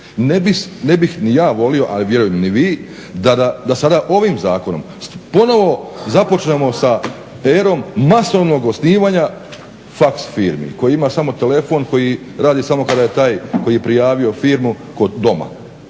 Ne bih ni ja volio, a vjerujem ni vi, da sada ovim zakonom ponovo započnemo sa erom masovnog osnivanja fax firmi koje imaju samo telefon koji radi samo kada je taj koji je prijavio firmu doma,